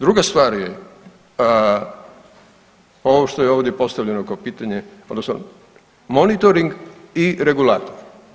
Druga stvar je, ovo što je ovdje postavljeno kao pitanje, odnosno monitoring i regulator.